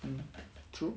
mm true